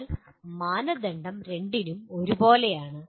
എന്നാൽ മാനദണ്ഡം രണ്ടിനും ഒരുപോലെയാണ്